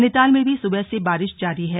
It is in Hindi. नैनीताल में भी सुबह से बारिश जारी है